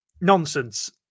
Nonsense